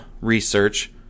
research